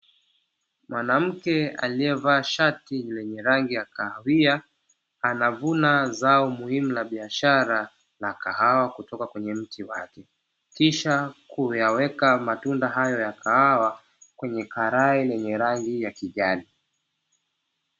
Mwanamke aliyevaa shati lenye rangi ya kahawia, anavuna zao muhimu la biashara la kahawa kutoka kwenye mti wake, kisha kuyaweka matunda hayo ya kahawa kwenye karai lenye rangi ya kijani.